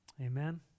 Amen